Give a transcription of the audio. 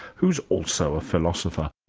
who's also a philosopher.